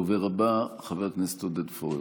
הדובר הבא, חבר הכנסת עודד פורר,